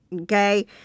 okay